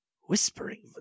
Whispering